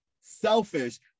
selfish